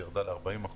היא ירדה ל-40%.